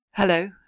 Hello